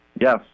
Yes